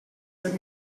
paris